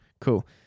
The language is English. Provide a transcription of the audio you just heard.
Cool